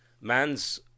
man's